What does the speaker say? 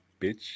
bitch